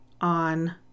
on